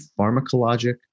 pharmacologic